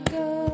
go